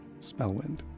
Spellwind